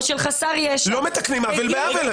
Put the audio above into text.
או של חסר ישע -- לא מתקנים עוול בעוול.